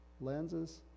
lenses